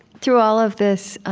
through all of this,